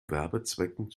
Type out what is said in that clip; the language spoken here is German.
werbezwecken